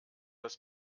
das